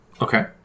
okay